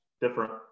different